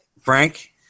Frank